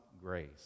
grace